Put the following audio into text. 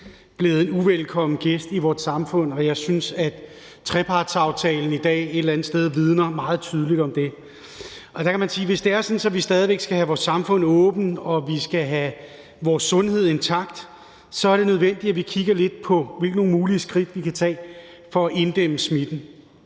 blevet en uvelkommen gæst i vores samfund, og jeg synes, at trepartsaftalen i dag et eller andet sted meget tydeligt vidner om det. Der kan man sige, at hvis det er sådan, at vi stadig væk skal have vores samfund åbent og vi skal have vores sundhed intakt, er det nødvendigt, at vi kigger lidt på, hvilke mulige skridt vi kan tage for at inddæmme smitten.